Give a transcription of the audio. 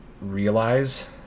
realize